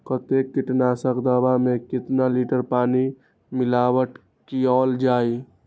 कतेक किटनाशक दवा मे कितनी लिटर पानी मिलावट किअल जाई?